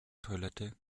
toilette